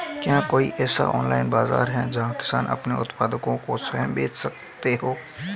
क्या कोई ऐसा ऑनलाइन बाज़ार है जहाँ किसान अपने उत्पादकों को स्वयं बेच सकते हों?